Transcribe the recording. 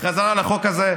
בחזרה לחוק הזה,